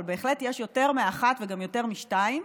אבל בהחלט יש יותר מאחת וגם יותר משתיים,